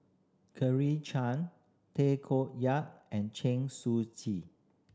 Claire Chiang Tay Koh Yat and Chen Shiji